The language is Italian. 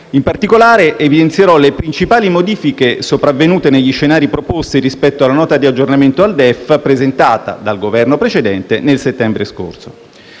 In particolare, evidenzierò le principali modifiche sopravvenute negli scenari proposti rispetto alla Nota di aggiornamento al DEF presentata dal Governo precedente nel settembre scorso.